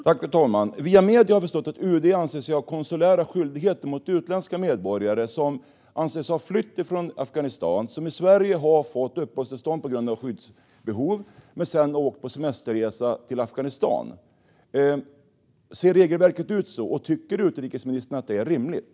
Fru talman! I medierna har jag förstått att UD anser sig ha konsulära skyldigheter gentemot utländska medborgare som anses ha flytt från Afghanistan och fått uppehållstillstånd i Sverige på grund av skyddsbehov och sedan åkt på semesterresa till Afghanistan. Ser regelverket ut så, och tycker utrikesministern att det är rimligt?